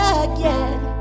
again